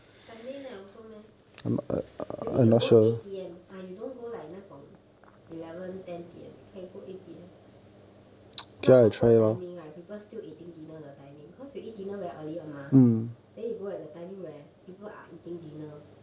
sunday night also meh maybe you go eight P_M ah you don't go like 那种 eleven ten P_M that kind you go eight P_M not awkward timing right people still eating dinner the timing cause you eat dinner very early [one] mah then you go at the timing where people are eating dinner